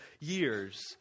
years